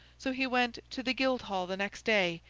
so he went to the guildhall the next day,